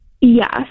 Yes